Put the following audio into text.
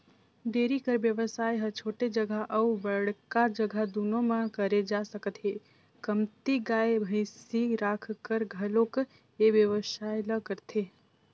dairy कर बेवसाय ह छोटे जघा अउ बड़का जघा दूनो म करे जा सकत हे, कमती गाय, भइसी राखकर घलोक ए बेवसाय ल करथे